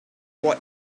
what